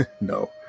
No